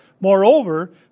Moreover